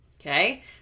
okay